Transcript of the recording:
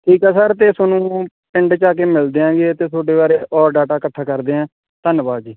ਠੀਕ ਹੈ ਸਰ ਤਾਂ ਤੁਹਾਨੂੰ ਪਿੰਡ 'ਚ ਹਾਂ ਕੇ ਮਿਲਦੇ ਆ ਗੇ ਅਤੇ ਤੁਹਾਡੇ ਬਾਰੇ ਔਰ ਡਾਟਾ ਇਕੱਠਾ ਕਰਦੇ ਹਾਂ ਧੰਨਵਾਦ ਜੀ